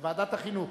לוועדת החינוך.